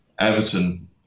Everton